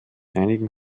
einigen